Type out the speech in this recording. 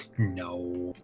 no